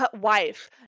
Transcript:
wife